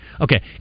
Okay